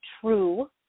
true